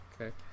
okay